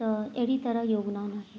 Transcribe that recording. त अहिड़ी तरह ग्यान आहे